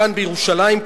כאן בירושלים,